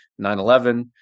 9-11